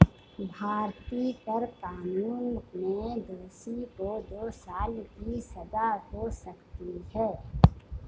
भारतीय कर कानून में दोषी को दो साल की सजा हो सकती है